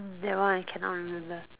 that one I cannot remember